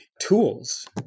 tools